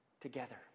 together